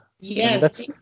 Yes